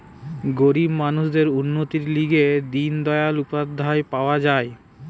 গরিব মানুষদের উন্নতির লিগে দিন দয়াল উপাধ্যায় পাওয়া যায়